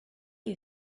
you